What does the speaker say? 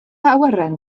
awyren